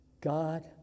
God